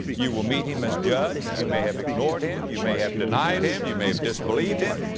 you will meet him as judge. you may have ignored him, you may have denied him, you may have disbelieved him,